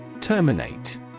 Terminate